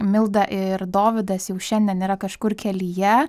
milda ir dovydas jau šiandien yra kažkur kelyje